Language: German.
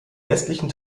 westlichen